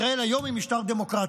ישראל היום היא משטר דמוקרטי,